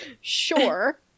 Sure